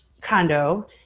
condo